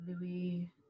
Louis